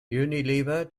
unilever